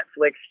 Netflix